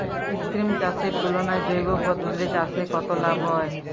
কৃত্রিম চাষের তুলনায় জৈব পদ্ধতিতে চাষে কত লাভ হয়?